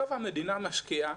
בסוף המדינה משקיעה